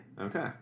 Okay